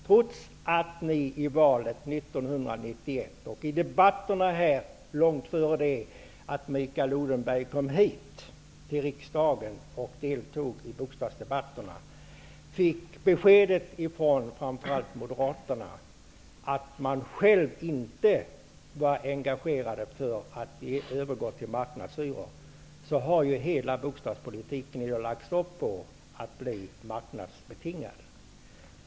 Trots att vi i valrörelsen 1991 och i debatterna här långt innan Mikael Odenberg kom hit till riksdagen och deltog i bostadsdebatterna fick beskedet från framför allt Moderaterna att de inte var intresserade av att övergå till marknadshyror, har hela bostadspolitiken nu lagts om till att bli marknadsbetingad.